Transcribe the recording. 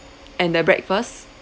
and the breakfast